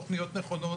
תוכניות נכונות,